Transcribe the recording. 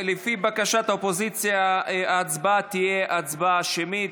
לפי בקשת האופוזיציה ההצבעה תהיה הצבעה שמית.